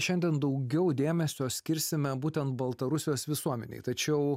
šiandien daugiau dėmesio skirsime būtent baltarusijos visuomenei tačiau